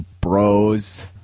bros